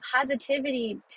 positivity